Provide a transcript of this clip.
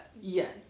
Yes